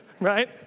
right